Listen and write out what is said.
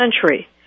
country